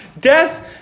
Death